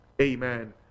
Amen